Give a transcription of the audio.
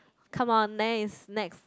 come on next next